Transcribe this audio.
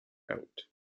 out